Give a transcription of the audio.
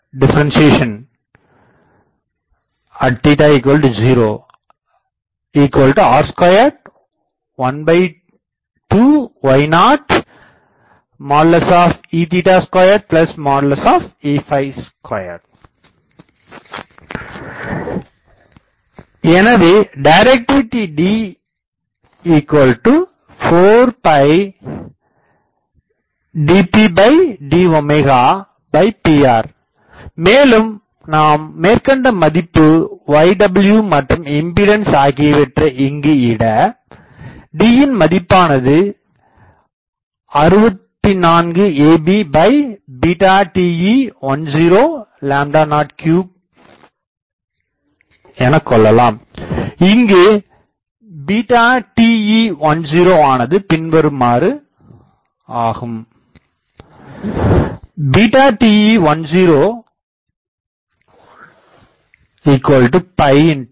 dpd|0r212y0E2E2 dpd|0k02822abE022 எனவே directivity D4dpd|0Pr மேலும் நாம் மேற்கண்ட மதிப்பு yw மற்றும் இம்பீடன்ஸ் ஆகியவற்றை இங்கு இட Dயின் மதிப்பானது 64ab TE1003 இங்கு TE10ஆனது பின்வருமாறு ஆகும்